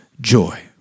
joy